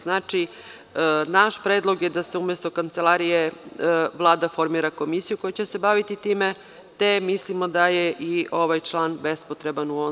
Znači, naš predlog je da se umesto kancelarije Vlada formira komisiju koja će se baviti time, te mislimo da je i ovaj član bespotreban u ovom zakonu.